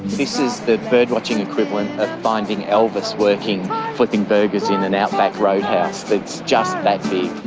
this is the birdwatching equivalent of finding elvis working flipping burgers in an outback roadhouse. it's just that big.